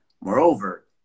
Moreover